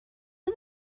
are